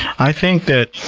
i think that